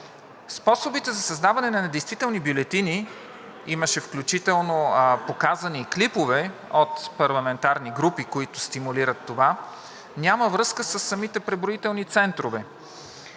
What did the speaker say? Способите за създаване на недействителни бюлетини, имаше включително показани клипове от парламентарни групи, които стимулират това, няма връзка със самите преброителни центрове.